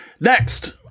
Next